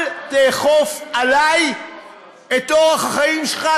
אל תאכוף עלי את אורח החיים שלך.